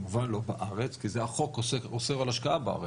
כי החוק אוסר על השקעה בארץ,